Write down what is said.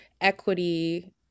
Equity